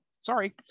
sorry